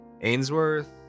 Ainsworth